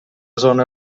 zona